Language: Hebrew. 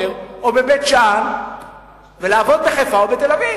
או בבית-שאן ולעבוד בחיפה או בתל-אביב.